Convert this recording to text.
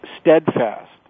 Steadfast